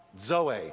Zoe